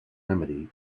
remedy